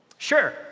Sure